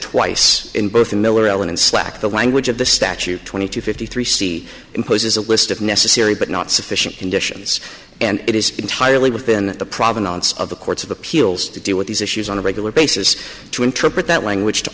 twice in both miller allen and slack the language of the statute twenty two fifty three c imposes a list of necessary but not sufficient conditions and it is entirely within the provenance of the courts of appeals to deal with these issues on a regular basis to interpret that language to